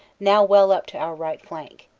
now well up to our right flank.